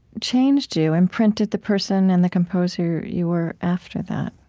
changed you, imprinted the person and the composer you were after that